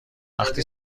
وقتی